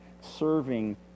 serving